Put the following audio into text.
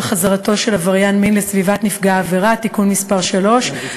חזרתו של עבריין מין לסביבת נפגע העבירה (תיקון מס' 3),